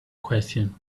question